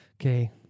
okay